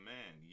Man